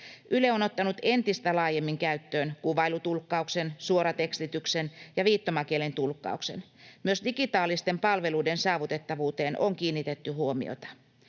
Yle on ottanut entistä laajemmin käyttöön kuvailutulkkauksen, suoratekstityksen ja viittomakielen tulkkauksen. Myös digitaalisten palveluiden saavutettavuuteen on kiinnitetty huomiota.